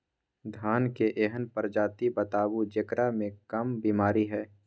धान के एहन प्रजाति बताबू जेकरा मे कम बीमारी हैय?